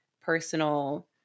personal